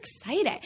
excited